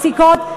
הפסיקות,